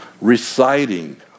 reciting